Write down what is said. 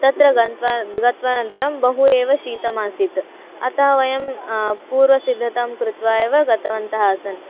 तत्र गत्वा गत्वानन्तरं बहु एव शीतलम् आसीत् अतः वयं पूर्वसिद्धतां कृत्वा एव गतवन्तः आस्म